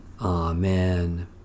Amen